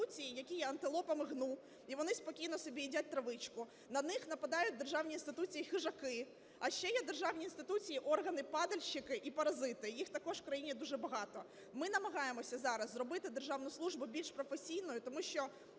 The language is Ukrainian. які є антилопами гну, і вони спокійно собі їдять травичку, на них нападають державні інституції-хижаки; а ще є державні інституції – органи-падальщики і паразити, їх також в країні дуже багато. Ми намагаємося зараз зробити державну службу більш професійною, тому що